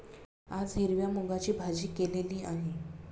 आज हिरव्या मूगाची भाजी केलेली आहे